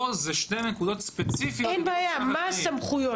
פה אלה שתי נקודות ספציפיות עבור הפשיעה החקלאית.